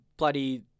bloody